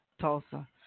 Tulsa